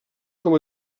com